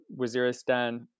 Waziristan